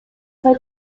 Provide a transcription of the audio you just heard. fue